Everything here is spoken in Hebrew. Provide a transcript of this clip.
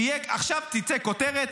שעכשיו תצא כותרת: